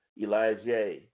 Elijah